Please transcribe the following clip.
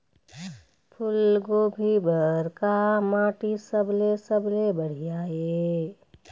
फूलगोभी बर का माटी सबले सबले बढ़िया ये?